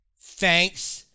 Thanks